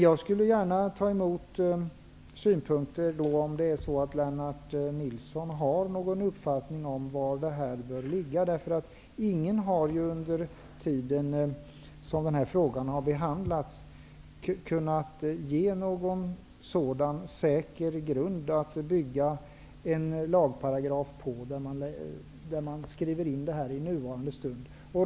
Jag skulle gärna ta emot synpunkter om det är så att Lennart Nilsson har någon uppfattning om var den borde ligga. Ingen har under den tid som frågan har behandlats kunnat ange någon säker grund att bygga en lagparagraf på i nuvarande stund.